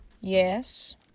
Yes